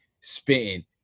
spitting